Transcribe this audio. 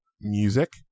music